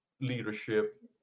leadership